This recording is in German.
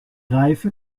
reife